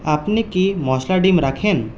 আপনি কি মশলা ডিম রাখেন